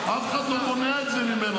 אף אחד לא מונע את זה ממנו.